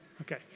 Okay